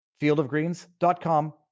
fieldofgreens.com